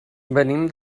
venim